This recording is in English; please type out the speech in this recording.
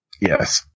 Yes